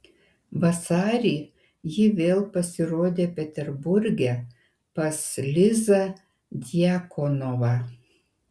vasarį ji vėl pasirodė peterburge pas lizą djakonovą